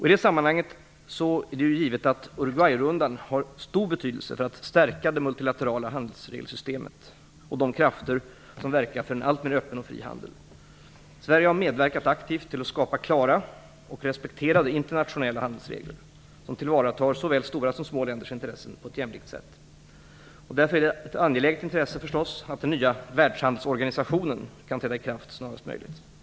I detta sammanhang är det givet att Uruguayrundan har stor betydelse för att stärka det multilaterala handelsregelsystemet och de krafter som verkar för en alltmer öppen och fri handel. Sverige har aktivt medverkat till att skapa klara och respekterade internationella handelsregler, som tillvaratar såväl stora som små länders intressen på ett jämlikt sätt. Det är därför ett angeläget intresse att den nya världshandelsorganisationen kan träda i kraft snarast möjligt. Herr talman!